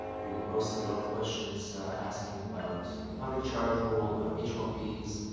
you've been posting a lot of questions asking about the public charge rule about h one b s,